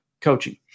coaching